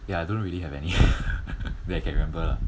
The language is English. ya I don't really have any that I can remember lah